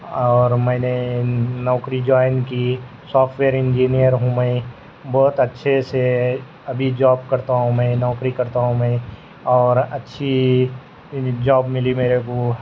اور میں نے نوکری جوائن کی سافٹ ویئر انجینئر ہوں میں بہت اچھے سے ابھی جاب کرتا ہوں میں نوکری کرتا ہوں میں اور اچھی جاب ملی میرے کو